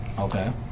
Okay